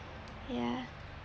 ya